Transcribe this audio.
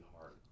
hard